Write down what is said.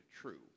true